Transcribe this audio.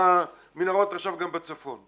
עכשיו גם בצפון.